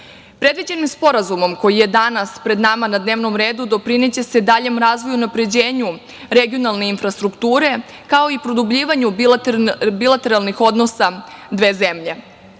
moru. Predviđenim sporazumom, koji je danas pred nama na dnevnom redu, doprineće se daljem razvoju i unapređenju regionalne infrastrukture, kao i produbljivanju bilateralnih odnosa dve zemlje. Već